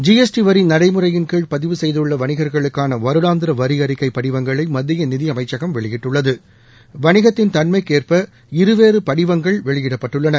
G S T வரி நடைமுறையின் கீழ் பதிவு செய்துள்ள வணிகர்களுக்கான வருடாந்திர வரி அறிக்கை படிவங்களை மத்திய நிதி அமைச்சகம் வெளியிட்டுள்ளது வணிகத்தின் தன்மைக்கு ஏற்ப இருவேறு படிவங்கள் வெளியிடப்பட்டுள்ளன